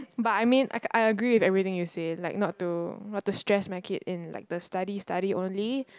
but I mean I I agree with everything you say like not to not to stress my kid in like the study study only